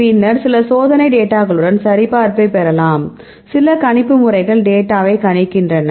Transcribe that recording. பின்னர் சில சோதனை டேட்டாகளுடன் சரிபார்ப்பைப் பெறலாம் சில கணிப்பு முறைகள் டேட்டாவை கணிக்கின்றன